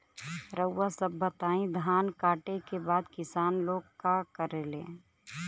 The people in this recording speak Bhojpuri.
रउआ सभ बताई धान कांटेके बाद किसान लोग का करेला?